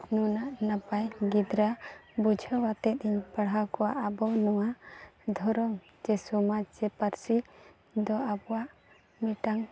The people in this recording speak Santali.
ᱱᱩᱱᱟᱹᱜ ᱱᱟᱯᱟᱭ ᱜᱤᱫᱽᱨᱟᱹ ᱵᱩᱡᱷᱟᱹᱣ ᱟᱛᱮᱫ ᱤᱧ ᱯᱟᱲᱦᱟᱣ ᱠᱚᱣᱟ ᱟᱵᱚ ᱱᱚᱣᱟ ᱫᱷᱚᱨᱚᱢ ᱪᱮ ᱥᱚᱢᱟᱡᱽ ᱪᱮ ᱯᱟᱹᱨᱥᱤ ᱫᱚ ᱟᱵᱚᱣᱟᱜ ᱢᱤᱫᱴᱟᱝ